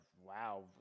wow